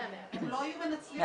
הם לא היו מנצלים את זה,